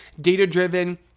data-driven